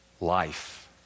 life